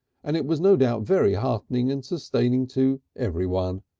and it was no doubt very heartening and sustaining to everyone.